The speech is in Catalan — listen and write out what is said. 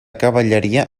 cavalleria